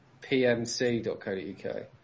PMC.co.uk